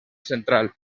central